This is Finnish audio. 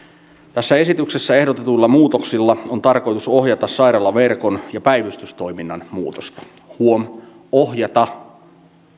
tässä esityksessä ehdotetuilla muutoksilla on tarkoitus ohjata sairaalaverkon ja päivystystoiminnan muutosta huom ohjata